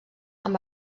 amb